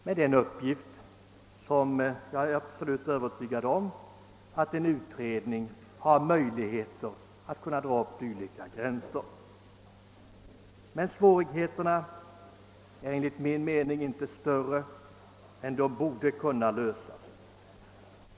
Men jag är absolut övertygad om att en utredning skall kunna klara den uppgiften. Svårigheterna är enligt min mening inte större än att de borde kunna lösas.